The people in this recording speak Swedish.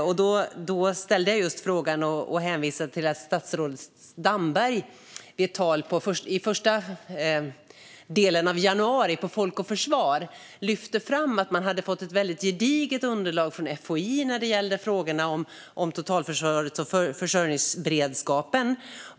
Jag hänvisade i min fråga till att statsrådet Damberg på Folk och Försvar i januari lyfte fram att man fått ett gediget underlag från FOI när det gällde totalförsvaret och försörjningsberedskapen.